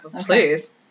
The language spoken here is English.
please